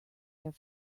their